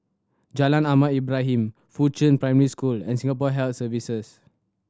Jalan Ahmad Ibrahim Fuchun Primary School and Singapore Health Services